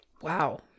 Wow